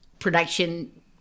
production